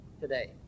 today